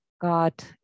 God